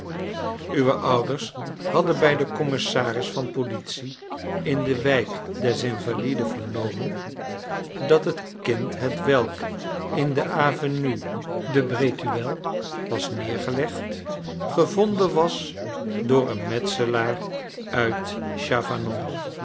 uwe ouders hadden bij den commissaris van politie in de wijk des invalides vernomen dat het kind hetwelk in de avenue de breteuil was neergelegd gevonden was door een metselaar uit